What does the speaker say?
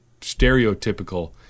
stereotypical